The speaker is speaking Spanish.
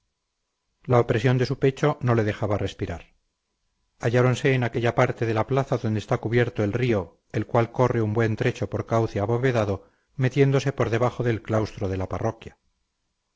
la opresión de su pecho no le dejaba respirar halláronse en aquella parte de la plaza donde está cubierto el río el cual corre un buen trecho por cauce abovedado metiéndose por debajo del claustro de la parroquia